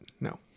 No